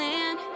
Land